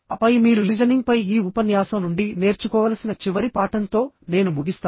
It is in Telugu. ఆపై మీరు లిజనింగ్ పై ఈ ఉపన్యాసం నుండి నేర్చుకోవలసిన చివరి పాఠంతో నేను ముగిస్తాను